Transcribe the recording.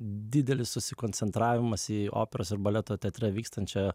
didelis susikoncentravimas į operos ir baleto teatre vykstančią